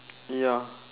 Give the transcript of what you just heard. ya